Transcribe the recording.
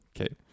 Okay